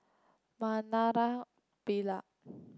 Naraina Pillai